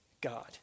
God